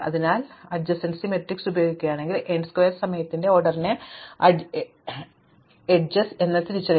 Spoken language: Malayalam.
അതിനാൽ ഞങ്ങൾ സമീപസ്ഥല മാട്രിക്സ് ഉപയോഗിക്കുകയാണെങ്കിൽ n ചതുരശ്ര സമയത്തിന്റെ ഓർഡറിന്റെ അറ്റങ്ങൾ ഏതെന്ന് തിരിച്ചറിയുക